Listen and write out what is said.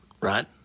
right